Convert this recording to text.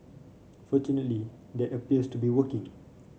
fortunately that appears to be working